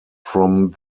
from